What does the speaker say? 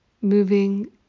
moving